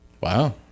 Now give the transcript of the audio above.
wow